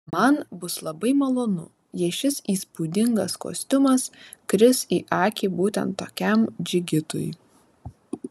man bus labai malonu jei šis įspūdingas kostiumas kris į akį būtent tokiam džigitui